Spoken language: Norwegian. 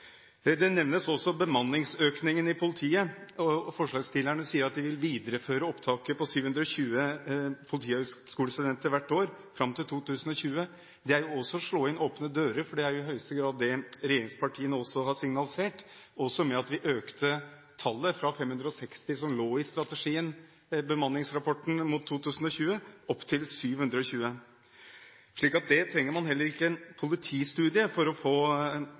nevnes også bemanningsøkning i politiet. Forslagsstillerne sier at de vil videreføre opptaket med 720 politihøyskolestudenter hvert år fram til 2020. Det er også å slå inn åpne dører, for det er i høyeste grad det regjeringspartiene har signalisert ved at vi økte tallet fra 560, som lå i bemanningsrapporten, Politiet mot 2020, opp til 720, slik at det trenger man heller ikke en politistudie for å få